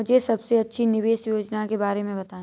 मुझे सबसे अच्छी निवेश योजना के बारे में बताएँ?